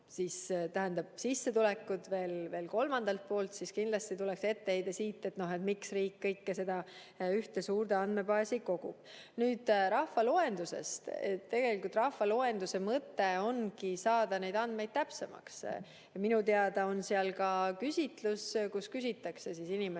teiselt poolt, sissetulekud veel kolmandalt poolt, siis kindlasti tuleks siit etteheide, miks riik kõike seda ühte suurde andmebaasi kogub. Rahvaloendusest. Tegelikult rahvaloenduse mõte ongi saada need andmed täpsemaks. Minu teada on seal ka küsitlus, kus küsitakse inimeste